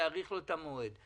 להאריך לו את המועד.